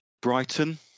Brighton